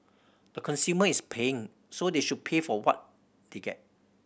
the consumer is paying so they should pay for what they get